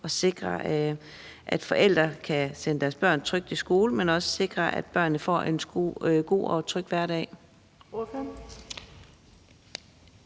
at sikre, at forældre kan tage sende deres børn trygt i skole, men også sikre, at børnene får en god og tryg hverdag?